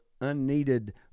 unneeded